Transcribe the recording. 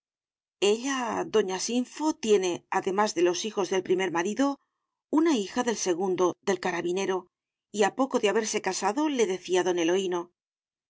doña sinfo tiene además de los hijos del primer marido una hija del segundo del carabinero y a poco de haberse casado le decía don eloíno